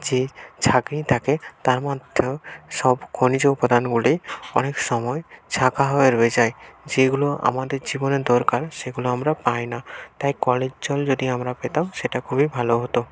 যে ছাঁকনি থাকে তার মধ্যেও সব খনিজ উপাদানগুলি অনেক সময় ছাঁকা হয়ে রয়ে যায় যেগুলো আমাদের জীবনে দরকার সেগুলো আমরা পাই না তাই কলের জল যদি আমরা পেতাম সেটা খুবই ভালো হতো